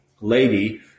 lady